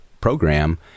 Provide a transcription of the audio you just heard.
program